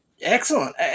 Excellent